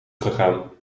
gegaan